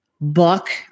book